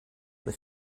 with